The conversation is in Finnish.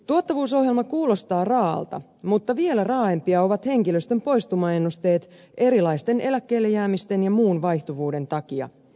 tuottavuusohjelma kuulostaa raaalta mutta vielä raaempia ovat henkilöstön poistumaennusteet erilaisten eläkkeelle jäämisten ja muun vaihtuvuuden takia